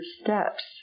steps